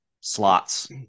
slots